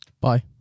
Bye